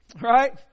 right